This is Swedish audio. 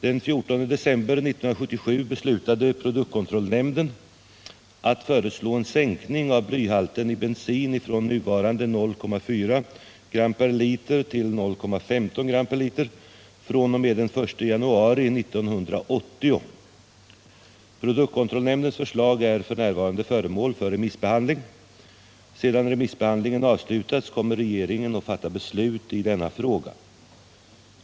Produktkontrollnämnden beslutade den 14 december 1977 att föreslå en sänkning av blyhalten i bensin från nuvarande 0,4 g 1 fr.o.m. den 1 januari 1980. Produktkontrollnämndens förslag är f. n. föremål för remissbehandling. Sedan remissbehandlingen avslutats kommer regeringen att fatta beslut i denna fråga.